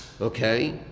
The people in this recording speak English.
Okay